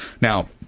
Now